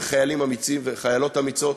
וחיילים אמיצים וחיילות אמיצות,